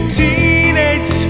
teenage